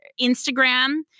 instagram